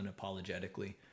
unapologetically